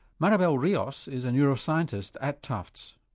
maribel rios is a neuroscientist at tufts.